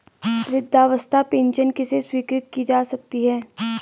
वृद्धावस्था पेंशन किसे स्वीकृत की जा सकती है?